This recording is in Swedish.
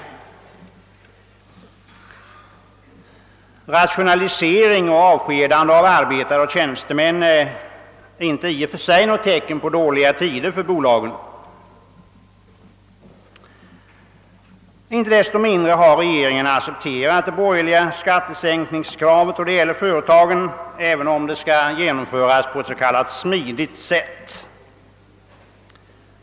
Rationalisering och avskedande av arbetare och tjänstemän är inte i och för sig något tecken på dåliga tider för bolagen. Icke desto mindre har regeringen accepterat det borgerliga kravet på en skattesänkning för företagen, även om det skall genomföras på ett s.k. smidigt sätt.